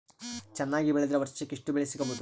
ಚೆನ್ನಾಗಿ ಬೆಳೆದ್ರೆ ವರ್ಷಕ ಎಷ್ಟು ಬೆಳೆ ಸಿಗಬಹುದು?